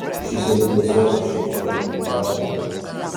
ši suoliuką zuokų šeima dovanojo parkui